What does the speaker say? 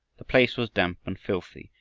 the place was damp and filthy,